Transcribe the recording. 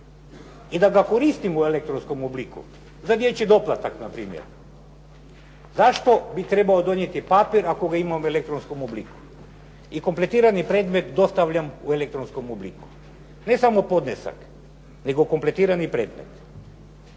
I da ga koristim u elektronskom obliku, za dječji doplatak npr. Zašto bi trebalo donijeti papi ako ga imam u elektronskom obliku i kompletirani predmet dostavljam u elektronskom obliku. Ne samo podnesak, nego kompletirani predmet.